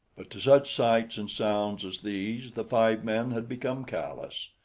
but to such sights and sounds as these the five men had become callous.